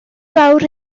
fawr